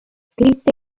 scrisse